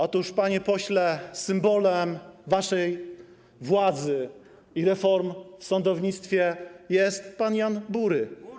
Otóż, panie pośle, symbolem waszej władzy i reform w sądownictwie jest pan Jan Bury.